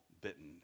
bitten